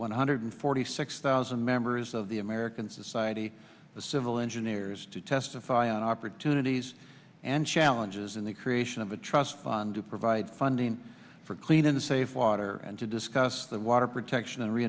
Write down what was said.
one hundred forty six thousand members of the american society of civil engineers to testify on opportunities and challenges in the creation of a trust fund to provide funding for clean and safe water and to discuss the water protection and re